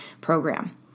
program